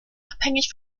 abhängig